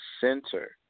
center